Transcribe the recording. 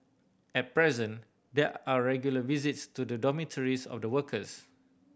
at present there are regular visits to the dormitories of the workers